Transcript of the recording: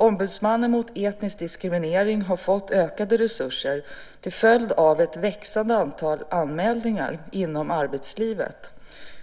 Ombudsmannen mot etnisk diskriminering har fått ökade resurser till följd av ett växande antal anmälningar inom arbetslivet.